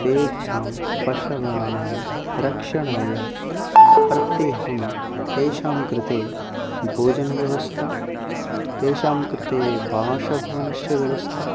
तेषां पशूनां रक्षणाय प्रत्येकं तेषां कृते भोजनव्यवस्था तेषां कृते भाषाभवनस्य व्यवस्था